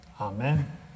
Amen